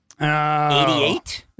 88